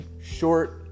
short